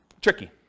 tricky